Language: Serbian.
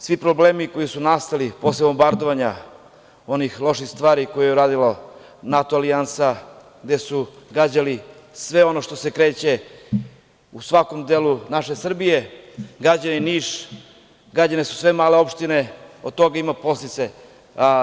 Svi problemi koji su nastali posle bombardovanja onih loših stvari koje je uradila NATO alijansa, gde su gađali sve ono što se kreće u svakom delu naše Srbije, gađali Niš, gađane su sve male opštine, od toga imaju posledice.